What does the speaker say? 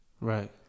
Right